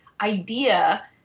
idea